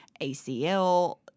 ACL